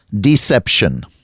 deception